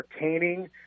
entertaining